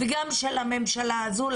וגם של הממשלה הזו,